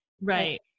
Right